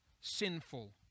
sinful